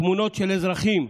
התמונות של אזרחים,